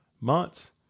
months